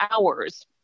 hours